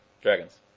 Dragons